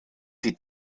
die